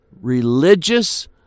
religious